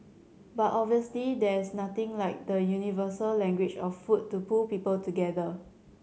but obviously there is nothing like the universal language of food to pull people together